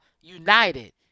United